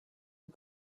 aux